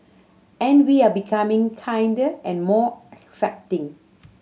and we are becoming kinder and more accepting